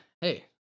hey